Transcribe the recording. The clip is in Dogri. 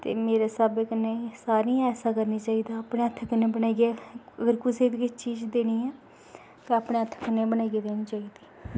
ते मेरे स्हाब कन्नै सारें गी ऐसा करना चाहिदा अपने हत्थें कन्नै बनाइयै ते अगर कुसै गी बी चीज देनी ऐ ते अपने हत्थें कन्नै बनाइयै देनी चाहिदी